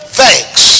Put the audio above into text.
thanks